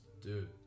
Dude